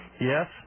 Yes